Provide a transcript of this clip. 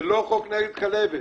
זה לא חוק נגד כלבת.